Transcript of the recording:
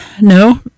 no